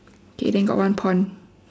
okay then got one pond